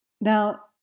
Now